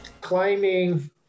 climbing